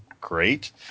great